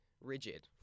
Rigid